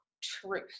truth